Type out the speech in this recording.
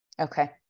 okay